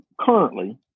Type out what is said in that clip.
currently